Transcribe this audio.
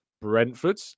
Brentford